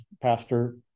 Pastor